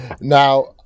Now